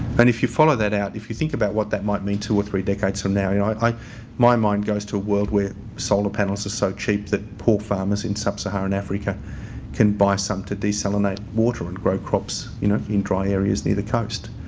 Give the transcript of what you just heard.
and if you follow that out, if you think about what that might mean two or three decades from now you know i my mind goes to a world where solar panels are so cheap that poor farmers in sub-saharan africa can buy some to desalinate water and grow crops you know in dry areas near the coast.